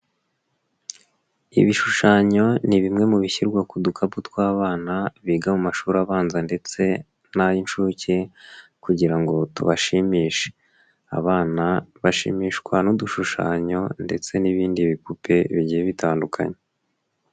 Ibishushanyo ni bimwe mu bishyirwa ku dukapu tw'abana biga mu mashuri abanza ndetse n'ay'inshuke kugira ngo tubashimishe, abana bashimishwa n'udushushanyo ndetse n'ibindi bipupe bigiye bitandukanye.